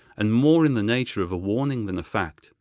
and more in the nature of a warning than a fact,